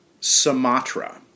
Sumatra